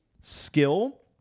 skill